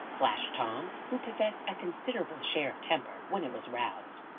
flashed tom, who possessed a considerable share of temper when it was roused.